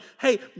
hey